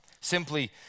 Simply